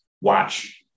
watch